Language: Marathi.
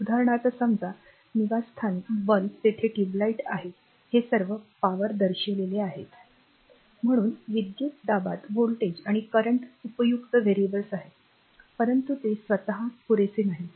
उदाहरणार्थ समजा निवासस्थानी बल्ब तेथे ट्यूबलाइट आहे हे सर्व पी द्वारा दर्शविलेले आहेत म्हणून विद्युतदाबात व्होल्टेज आणि करेंट उपयुक्त व्हेरिएबल्स आहेत परंतु ते स्वतःच पुरेसे नाहीत